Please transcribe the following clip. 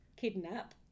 kidnap